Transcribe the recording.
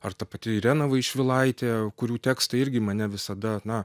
ar ta pati irena vaišvilaitė kurių tekstai irgi mane visada na